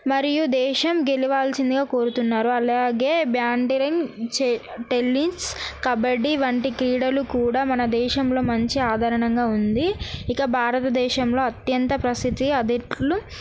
మరియు దేశం గెలవాల్సిందిగా కోరుతున్నారు అలాగే బ్యాడ్మింటన్ టెన్నిస్ కబడ్డీ వంటి క్రీడలు కూడా మన దేశంలో మంచి ఆదరణంగా ఉంది ఇక భారతదేశంలో అత్యంత ప్రసిద్ధి అదిట్లు